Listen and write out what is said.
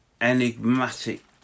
enigmatic